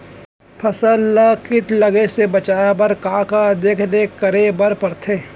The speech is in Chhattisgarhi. फसल ला किट लगे से बचाए बर, का का देखरेख करे बर परथे?